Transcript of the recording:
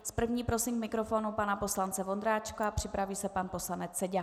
S první prosím k mikrofonu pana poslance Vondráčka, připraví se pan poslanec Seďa.